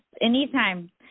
anytime